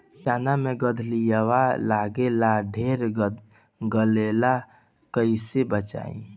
चना मै गधयीलवा लागे ला ढेर लागेला कईसे बचाई?